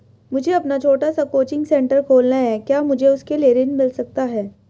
मुझे अपना छोटा सा कोचिंग सेंटर खोलना है क्या मुझे उसके लिए ऋण मिल सकता है?